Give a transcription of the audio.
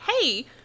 hey